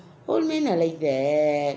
old man are like that